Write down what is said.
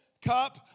Cup